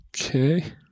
Okay